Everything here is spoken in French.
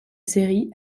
série